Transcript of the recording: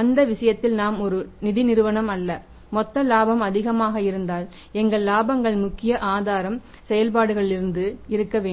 அந்த விஷயத்தில் நாம் ஒரு நிதி நிறுவனம் அல்ல மொத்த இலாபம் அதிகமாக இருப்பதால் எங்கள் இலாபங்களின் முக்கிய ஆதாரம் செயல்பாடுகளிலிருந்து இருக்க வேண்டும்